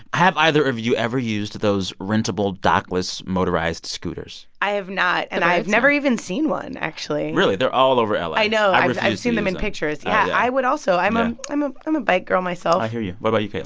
have either of you ever used those rentable, dockless, motorized scooters? i have not. and i've never even seen one, actually really? they're all over la i know. i've i've seen them in pictures. yeah, i would also i'm ah i'm a bike girl myself i hear you. what about you,